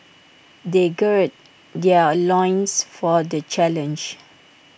they gird their loins for the challenge